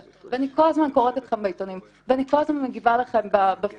ואני כל הזמן קוראת אתכם בעיתונים ואני כל הזמן מגיבה לכם בפייסבוק,